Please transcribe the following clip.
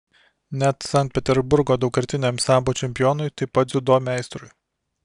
net sankt peterburgo daugkartiniam sambo čempionui taip pat dziudo meistrui